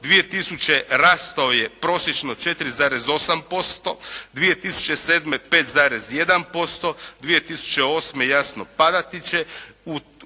2000. rastao je prosječno 4,8%, 2007. 5,1%, 2008. jasno padati će.